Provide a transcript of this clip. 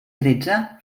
tretze